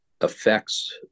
affects